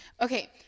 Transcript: Okay